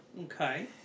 Okay